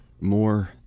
more